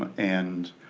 and